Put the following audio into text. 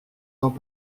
dans